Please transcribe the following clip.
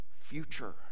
future